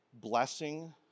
blessing